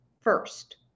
first